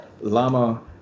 Lama